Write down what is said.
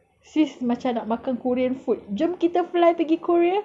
sis macam nak makan korean food jom kita fly pergi korea